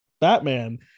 Batman